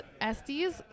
Estes